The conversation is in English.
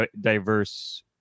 diverse